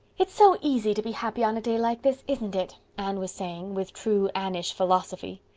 it's so easy to be happy on a day like this, isn't it? anne was saying, with true anneish philosophy.